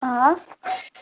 آ